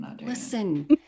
Listen